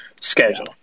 schedule